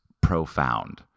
profound